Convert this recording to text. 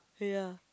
ya